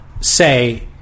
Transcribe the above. say